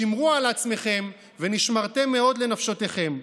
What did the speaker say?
שמרו על עצמכם, "ונשמרתם מאד לנפשתיכם".